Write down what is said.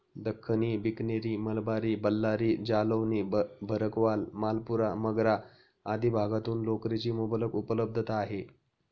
दख्खनी, बिकनेरी, मलबारी, बल्लारी, जालौनी, भरकवाल, मालपुरा, मगरा आदी भागातून लोकरीची मुबलक उपलब्धता आहे